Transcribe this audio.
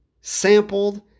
sampled